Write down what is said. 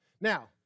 Now